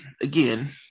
again